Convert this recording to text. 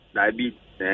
diabetes